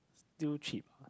still cheap